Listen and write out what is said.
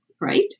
right